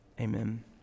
amen